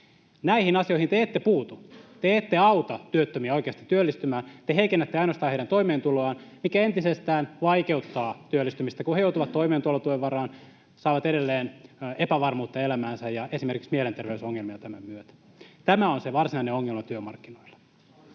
Näihin asioihin te ette puutu. Te ette auta työttömiä oikeasti työllistymään. Te heikennätte ainoastaan heidän toimeentuloaan, mikä entisestään vaikeuttaa työllistymistä, kun he joutuvat toimeentulotuen varaan, saavat edelleen epävarmuutta elämäänsä ja esimerkiksi mielenterveysongelmia tämän myötä. Tämä on se varsinainen ongelma työmarkkinoilla.